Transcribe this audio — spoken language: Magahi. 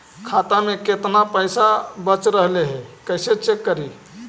खाता में केतना पैसा बच रहले हे कैसे चेक करी?